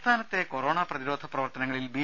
സംസ്ഥാനത്തെ കൊറോണ പ്രതിരോധ പ്രവർത്തനങ്ങളിൽ ബി